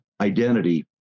identity